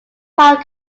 part